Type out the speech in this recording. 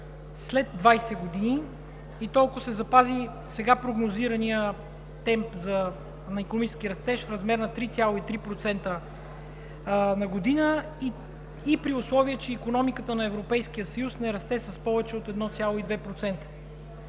след 20 години и то, ако се запази сега прогнозираният темп на икономически растеж в размер на 3,3% на година и при условие че икономиката на Европейския съюз не расте с повече от 1,2%.